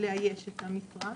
לאייש את המשרה.